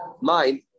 mind